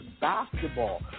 basketball